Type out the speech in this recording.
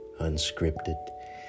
Unscripted